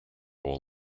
all